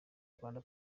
rwanda